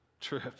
trip